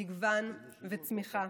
מגוון וצמיחה,